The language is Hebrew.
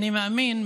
אני מאמין,